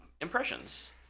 impressions